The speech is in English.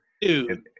dude